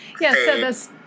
Yes